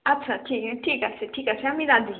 আচ্ছা ঠিক ঠিক আছে ঠিক আছে আমি রাজি